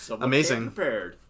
Amazing